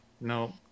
No